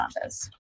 office